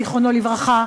זיכרונו לברכה,